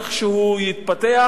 איך הוא יתפתח,